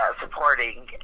Supporting